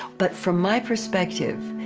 but from my perspective,